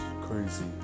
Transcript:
crazy